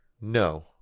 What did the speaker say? No